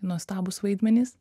nuostabūs vaidmenys